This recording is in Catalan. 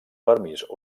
permís